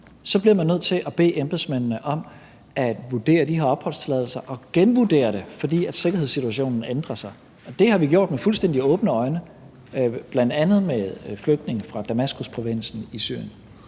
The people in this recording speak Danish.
bliver man nødt til at bede embedsmændene om at vurdere de her opholdstilladelser og genvurdere det, fordi sikkerhedssituationen ændrer sig, og det har vi gjort med fuldstændig åbne øjne, bl.a. med flygtninge fra Damaskusprovinsen i Syrien.